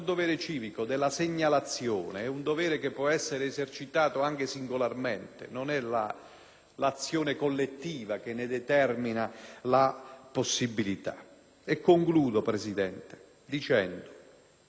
l'azione collettiva che ne determina la possibilità. Concludo, signor Presidente, dicendo che in questo caso, come per quanto riguarda le forze dell'ordine,